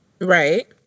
Right